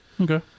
okay